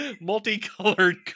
multicolored